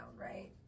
right